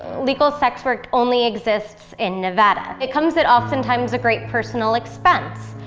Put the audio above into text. legal sex work only exists in nevada. it comes at, oftentimes, a great personal expense.